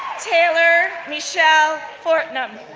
taylor michelle fortnam,